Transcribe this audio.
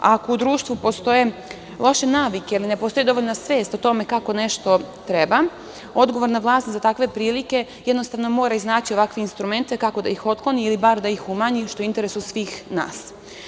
Ako u društvu postoje loše navike, ili ne postoji dovoljna svest o tome kako nešto treba, odgovorna vlast za takve prilike mora, jednostavno mora iznaći ovakve instrumente kako da ih otkloni, ili bar da ih umanji, što je u interesu svih nas.